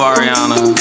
Ariana